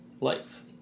life